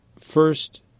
first